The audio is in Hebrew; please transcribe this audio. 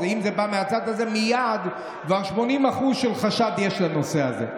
אם זה בא מהצד הזה מייד כבר 80% חשד יש לנושא הזה.